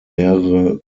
mehrere